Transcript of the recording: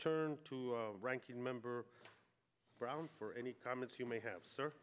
turn to ranking member brown for any comments you may have sir